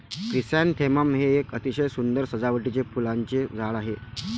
chrysanthemum हे एक अतिशय सुंदर सजावटीचे फुलांचे झाड आहे